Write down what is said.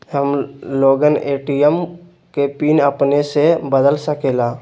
हम लोगन ए.टी.एम के पिन अपने से बदल सकेला?